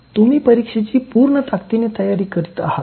तुम्ही परीक्षेची पूर्ण ताकतीने तयारी करीत आहात का